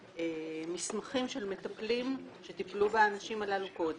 מסמכים של מטפלים שטיפלו באנשים הללו קודם.